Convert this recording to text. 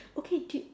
okay do y~